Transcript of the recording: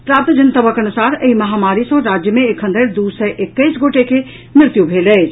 प्राप्त जनतबक अनुसार एहि महामारी सँ राज्य मे एखन धरि दू सय एकैस गोटे के मृत्यु भेल अछि